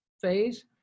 phase